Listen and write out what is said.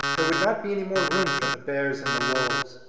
there would not be any more room for the bears and the wolves.